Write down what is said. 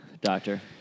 doctor